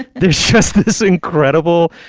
there's just this incredible